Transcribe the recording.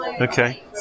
Okay